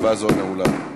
ללא מתנגדים, ללא נמנעים.